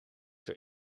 door